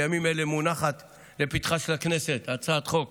בימים אלה מונחת לפתחה של הכנסת הצעת חוק